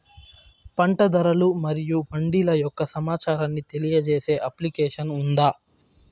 పంట ధరలు మరియు మండీల యొక్క సమాచారాన్ని తెలియజేసే అప్లికేషన్ ఉందా?